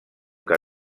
que